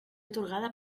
atorgada